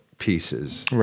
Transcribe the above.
pieces